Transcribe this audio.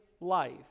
life